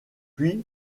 puis